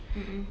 mm mm